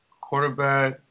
quarterback